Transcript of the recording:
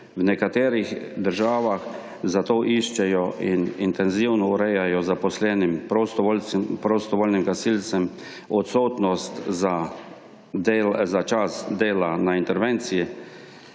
V nekaterih državah, zato iščejo in intenzivno urejajo zaposlenim prostovoljnim gasilcem odsotnost za čas dela na intervenciji